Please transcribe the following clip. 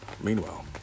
Meanwhile